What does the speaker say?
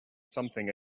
something